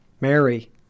Mary